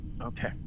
Okay